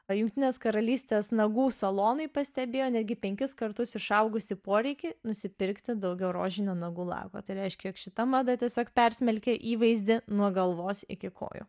jungtinės karalystės nagų salonai pastebėjo netgi penkis kartus išaugusį poreikį nusipirkti daugiau rožinio nagų lako tai reiškia jog šita mada tiesiog persmelkė įvaizdį nuo galvos iki kojų